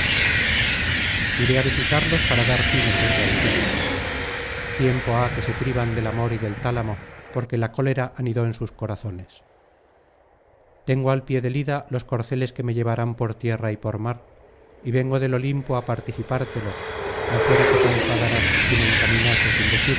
iré á visitarlos para dar fin á sus rencillas tiempo ha que se privan del amor y del tálamo porque la cólera anidó en sus corazones tengo al pie del ida los corceles que me llevarán por tierra y por mar y vengo del olimpo á participártelo no fuera que te enfadaras si me encaminase